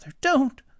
don't